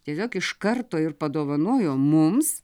tiesiog iš karto ir padovanojo mums